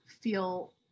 feel